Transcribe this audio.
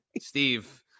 Steve